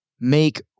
make